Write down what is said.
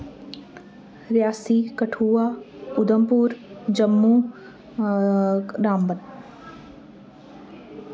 Reasi Kathua Udhampur Jammu Ramban